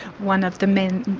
one of the men,